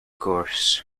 course